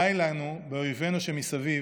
די לנו באויבינו שמסביב,